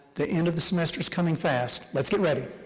the end of the semester is coming fast, let's get ready.